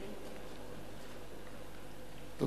כי